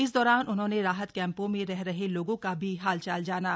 इस दौरान उन्होंने राहत कैम्पों में रह रहे लोगों का भी हाल चाल जाना